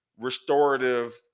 restorative